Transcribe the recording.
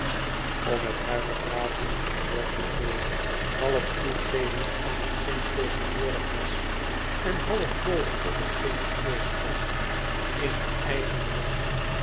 om met haar te praten ging bradley voort half toegevend aan hetgeen tegenwoordig was en half boos op hetgeen afwezig was in haar eigen belang